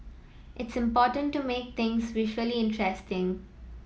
it's important to make things visually interesting